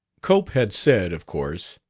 cope had said, of course,